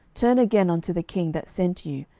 turn again unto the king that sent you,